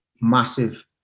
massive